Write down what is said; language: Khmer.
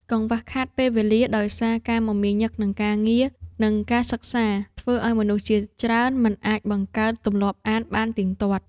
កង្វះខាតពេលវេលាដោយសារការមមាញឹកនឹងការងារ និងការសិក្សា ធ្វើឱ្យមនុស្សជាច្រើនមិនអាចបង្កើតទម្លាប់អានបានទៀងទាត់។